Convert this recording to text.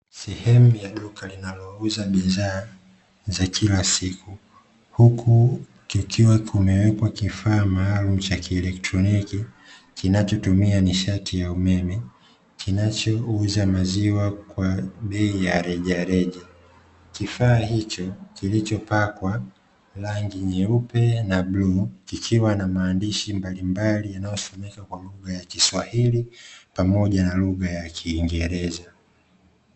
Sehemu ya duka linalouza bidhaa za kila siku, huku kukiwa kumewekwa kifaa maalumu cha kielektroniki, kinachotumia nishati ya umeme, kinachouza maziwa kwa bei ya rejareja. Kifaa hicho kilichopakwa rangi nyeupe na bluu, kikiwa na maandishi mbalimbali yanayosomeka kwa lugha ya kiswahili pamoja na lugha ya kiingereza.